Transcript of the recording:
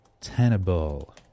tenable